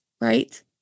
right